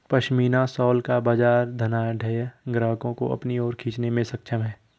pashmina shawl का बाजार धनाढ्य ग्राहकों को अपनी ओर खींचने में सक्षम है